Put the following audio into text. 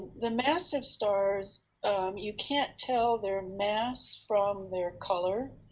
the massive stars you can't tell their mass from their color.